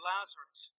Lazarus